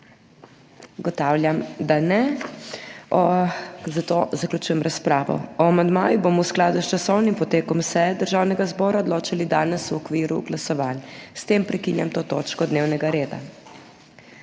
Ugotavljam da ne, zato zaključujem razpravo. O amandmajih bomo v skladu s časovnim potekom seje Državnega zbora odločali danes v okviru glasovanj. S tem prekinjam to točko dnevnega reda.